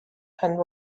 and